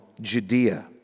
Judea